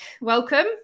Welcome